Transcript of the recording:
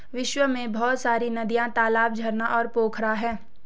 विश्व में बहुत सारी नदियां, तालाब, झरना और पोखरा है